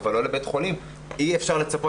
אבל החברות יודעות להתמודד אתה.